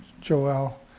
Joel